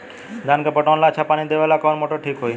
धान के पटवन ला अच्छा पानी देवे वाला कवन मोटर ठीक होई?